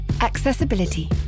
Accessibility